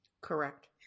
Correct